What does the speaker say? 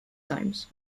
times